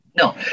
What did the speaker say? No